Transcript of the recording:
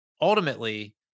ultimately